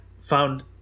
found